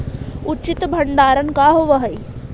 उचित भंडारण का होव हइ?